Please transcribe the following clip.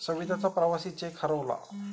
सविताचा प्रवासी चेक हरवला